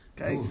Okay